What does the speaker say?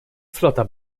flota